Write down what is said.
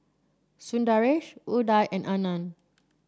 Sundaresh Udai and Anand